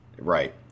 Right